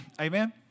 Amen